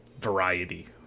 variety